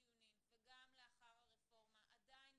אני מתכבדת לפתוח את דיון הוועדה בשני נושאים למעשה שכולם קשורים בחינוך